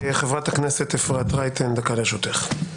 חברת הכנסת אפרת רייטן, דקה לרשותך.